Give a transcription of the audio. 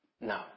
no